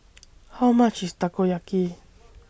How much IS Takoyaki